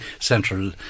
central